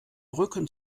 rücken